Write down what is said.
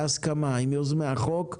בהסכמה עם יוזמי החוק,